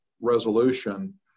resolution